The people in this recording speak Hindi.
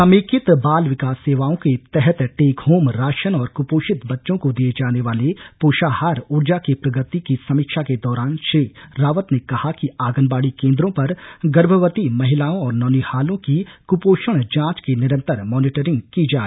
समेकित बाल विकास सेवाओं के तहत टेक होम राशन और कुपोषित बच्चों को दिए जाने वाले पोषाहार ऊर्जा की प्रगति की समीक्षा के दौरान श्री रावत ने कहा कि आंगनबाड़ी केन्द्रों पर गर्भवती महिलाओं और नौनिहालों की कृपोषण जांच की निरन्तर मॉनिटरिंग की जाए